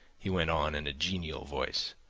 he went on in a genial voice,